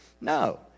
No